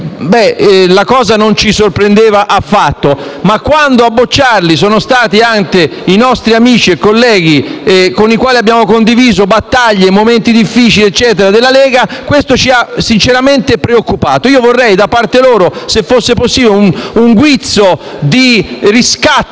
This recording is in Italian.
la cosa non ci sorprendeva affatto. Ma quando a bocciarli sono stati anche i nostri amici e colleghi della Lega, con i quali abbiamo condiviso battaglie, momenti difficili e quant'altro, questo ci ha sinceramente preoccupato. Io vorrei da parte loro, se fosse possibile, un guizzo di riscatto